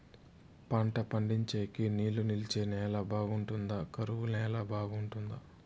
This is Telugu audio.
పంట పండించేకి నీళ్లు నిలిచే నేల బాగుంటుందా? కరువు నేల బాగుంటుందా?